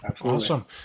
Awesome